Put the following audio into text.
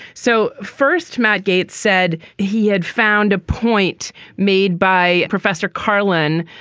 so first, matt gates said he had found a point made by professor carlin,